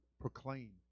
proclaim